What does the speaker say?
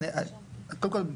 קודם כל,